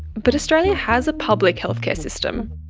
but australia has a public healthcare system.